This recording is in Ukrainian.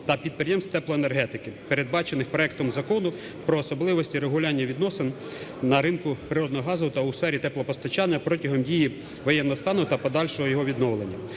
та підприємств теплоенергетики, передбачених проектом Закону про особливості регулювання відносин на ринку природного газу та у сфері теплопостачання протягом дії воєнного стану, та подальшого його відновлення,